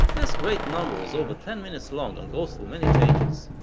this great number is over ten minutes long and goes through many changes,